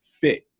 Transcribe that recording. fit